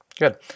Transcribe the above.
Good